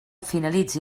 finalitzi